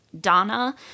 Donna